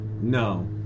no